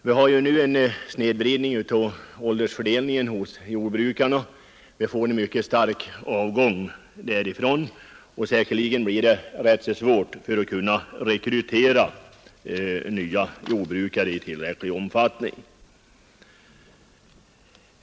Vi har ju nu en snedvridning i åldersfördelningen bland jordbrukarna. Vi riskerar en stark avgång från jordbruket. Säkerligen blir det rätt svårt att rekrytera nya jordbrukare i tillräcklig omfattning.